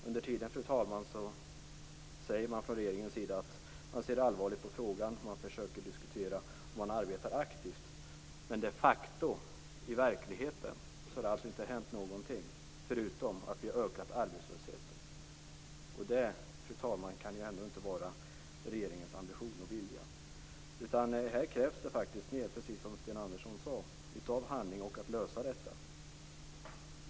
Under tiden, fru talman, säger man från regeringens sida att man ser allvarligt på frågan, att man försöker diskutera och att man arbetar aktivt. Men i verkligheten har det inte hänt någonting, förutom att arbetslösheten har ökat. Det kan inte vara regeringens ambition och vilja. Här krävs det, som Sten Andersson sade, mer av handling för att lösa detta.